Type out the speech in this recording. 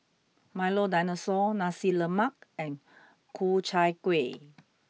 Milo Dinosaur Nasi Lemak and Ku Chai Kueh